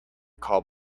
call